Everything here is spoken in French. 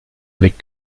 avec